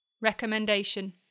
Recommendation